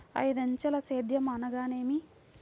ఐదంచెల సేద్యం అనగా నేమి?